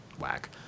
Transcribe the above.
Whack